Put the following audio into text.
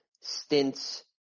stints